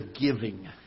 giving